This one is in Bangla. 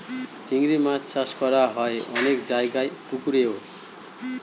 চিংড়ি মাছ চাষ করা হয় অনেক জায়গায় পুকুরেও